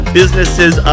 businesses